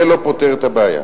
זה לא פותר את הבעיה,